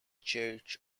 church